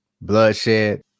bloodshed